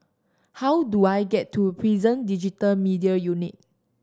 how do I get to Prison Digital Media Unit